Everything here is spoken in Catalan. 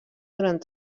durant